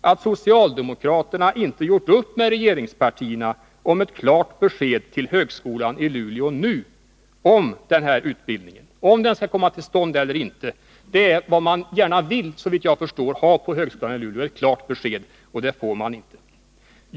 att socialdemokraterna inte gjort upp med regeringspartierna om ett klart besked nu till högskolan i Luleå, så att man där vet om utbildningen skall komma till stånd eller inte. Vad man vill ha är — såvitt jag förstår — ett klart besked, men något sådant får man inte.